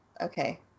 okay